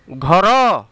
ଘର